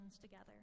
together